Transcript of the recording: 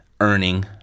earning